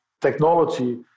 technology